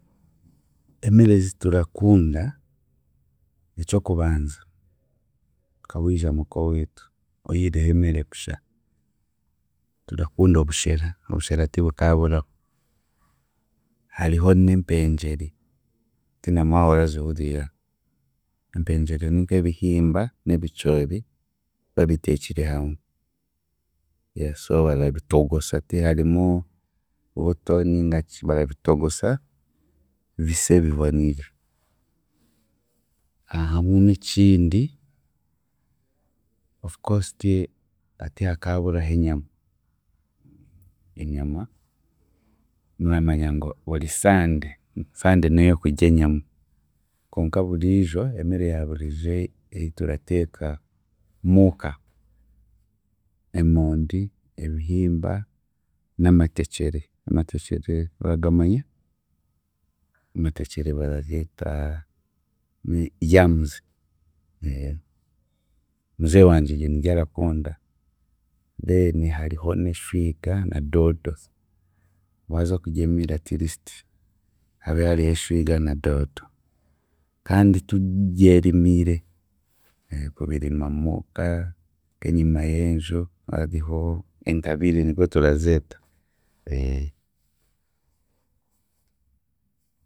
Emere ezi turakunda eky'okubanza nka wiija muka owiitu oihireho emere kusha ndakunda obushere, obuushera tibukaaburaho, hariho n'empengyere tindamanya wawarazihuriireho empengyere ni nk'ebihimba n'ebicoori babiteekire hamwe so barabitogosa ti harimu buto ninga ki barabitogosa bise biboniire, hamu n'ekindi of course tihakaaburaho enyama, enyama muramanya ngu buri sande, sande n'ey'okurya enyama konka buriijo emere ya buriiijo ei turateeka muuka, emondi, ebihimba n'amatekyere, amatekyere oragamanya, amatekyere barageeta ni yarms Muzei wangye ebyo nibyo arakunda then hariho n'eshwiga na doodo, waaza kurya a meal at least habe hariho eshwiga na doodo kandi turyerimiire kubirima muuka nk'enyima y'enju hariho entabire nikwe turazeeta